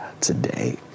today